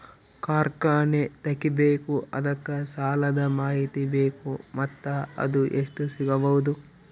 ಕಾರ್ಖಾನೆ ತಗಿಬೇಕು ಅದಕ್ಕ ಸಾಲಾದ ಮಾಹಿತಿ ಬೇಕು ಮತ್ತ ಅದು ಎಷ್ಟು ಸಿಗಬಹುದು?